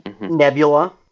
Nebula